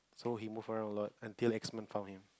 so he move around a lot until X man found him